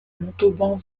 montauban